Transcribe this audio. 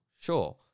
Sure